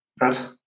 right